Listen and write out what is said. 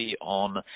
on